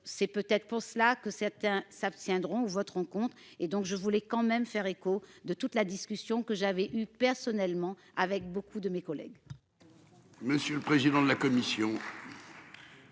C'est peut-être pour cela que certains s'abstiendront ou voteront contre. Et donc je voulais quand même faire écho de toute la discussion que j'avais eu personnellement avec beaucoup de mes collègues.--